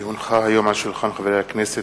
כי הונחה היום על שולחן הכנסת,